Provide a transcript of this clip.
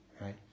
Right